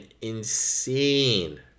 insane